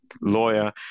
lawyer